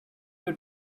you